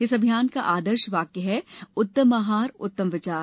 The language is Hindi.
इस अभियान का आदर्श वाक्य है उत्तम आहार उत्तम विचार